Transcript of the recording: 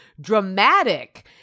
dramatic